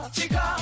Chica